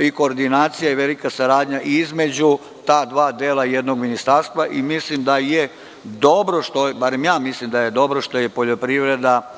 i koordinacija i velika saradnja između ta dva dela jednog ministarstva. Mislim da je dobro, što je poljopriveda